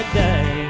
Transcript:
day